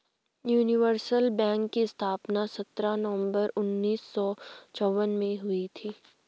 universal bank की स्थापना सत्रह नवंबर उन्नीस सौ चौवन में हुई थी